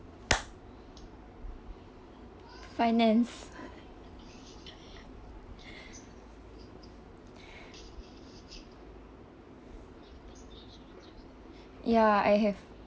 finance ya I have